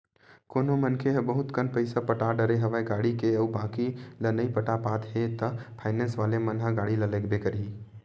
कोनो मनखे ह बहुत कन पइसा पटा डरे हवे गाड़ी के अउ बाकी ल नइ पटा पाते हे ता फायनेंस वाले मन ह गाड़ी ल लेगबे करही